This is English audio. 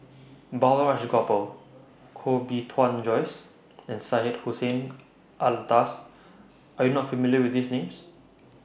Balraj Gopal Koh Bee Tuan Joyce and Syed Hussein Alatas Are YOU not familiar with These Names